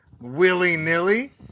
willy-nilly